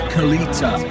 Kalita